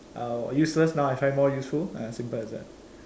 uh useless now I find more useful ah simple as that